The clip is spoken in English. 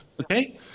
Okay